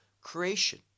creation